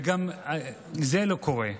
וגם זה לא קורה.